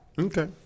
okay